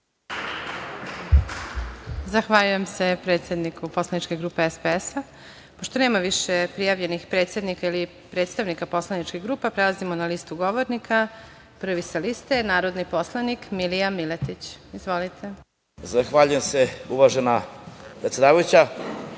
Zahvaljujem se predsedniku Poslaničke grupe SPS.Pošto nema više prijavljenih predsednika ili predstavnika poslaničkih grupa, prelazimo na listu govornika. Prvi sa liste je narodni poslanik Milija Miletić. Izvolite. **Milija Miletić**